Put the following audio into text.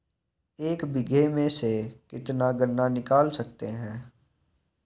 एक बीघे में से कितना गन्ना निकाल सकते हैं?